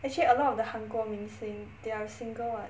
actually a lot of the 韩国明星 they are single [what]